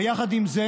ויחד עם זה,